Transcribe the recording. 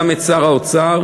את שר האוצר,